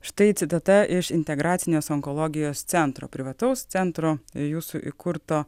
štai citata iš integracinės onkologijos centro privataus centro jūsų įkurto